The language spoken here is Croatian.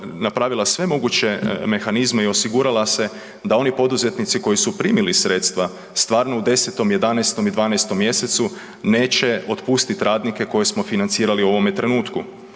napravila sve moguće mehanizme i osigurala se da oni poduzetnici koji su primili sredstava stvarno u 10, 11 i 12 mjesecu neće otpustiti radnike koje smo financirali u ovome trenutku.